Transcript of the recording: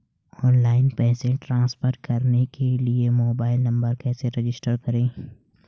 Online पैसे transfer करने के लिए मोबाइल नंबर कैसे रजिस्टर करें?